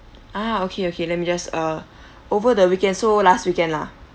ah okay okay let me just uh over the weekend so last weekend lah